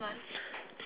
yeah boy